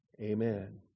Amen